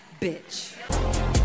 bitch